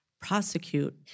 prosecute